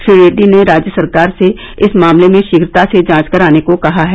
श्री रेड्डी ने राज्य सरकार से इस मामले में शीघ्रता से जांच करने को कहा है